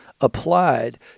applied